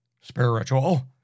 spiritual